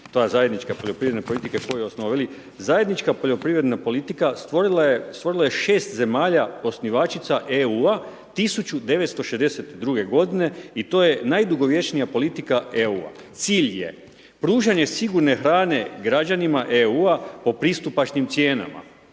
zajednička poljoprivredna politika stvorila je 6 zemalja osnivačica EU-a, 1962. g. i to je najdugovječnija politika EU-a. Cilj je pružanje sigurne hrane građanima EU-a po pristupačnim cijenama,